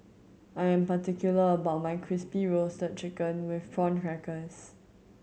I am particular about my Crispy Roasted Chicken with Prawn Crackers